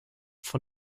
von